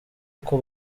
uko